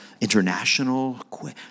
international